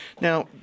Now